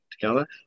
together